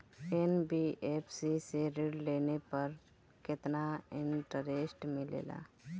NBFC से ऋण लेने पर केतना इंटरेस्ट मिलेला?